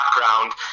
background